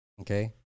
okay